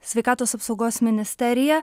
sveikatos apsaugos ministerija